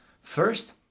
first